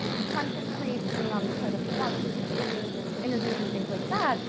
content creation on the side of blog posts and videos and interviews and things like that.